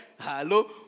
Hello